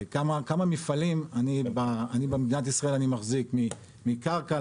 כמה מפעלים אני במדינת ישראל מחזיק מ'קרקע',